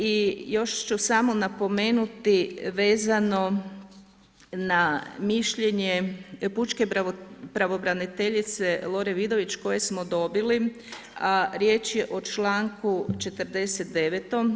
I još ću samo napomenuti vezano na mišljenje pučke pravobraniteljice Lore Vidović koje smo dobili a riječ je o članku 49.